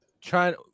trying